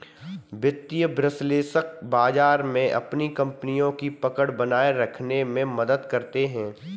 वित्तीय विश्लेषक बाजार में अपनी कपनियों की पकड़ बनाये रखने में मदद करते हैं